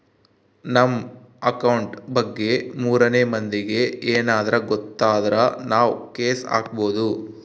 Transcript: ನಮ್ ಅಕೌಂಟ್ ಬಗ್ಗೆ ಮೂರನೆ ಮಂದಿಗೆ ಯೆನದ್ರ ಗೊತ್ತಾದ್ರ ನಾವ್ ಕೇಸ್ ಹಾಕ್ಬೊದು